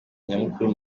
nyamukuru